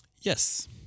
Yes